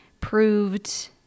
proved